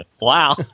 wow